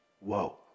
whoa